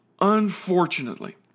Unfortunately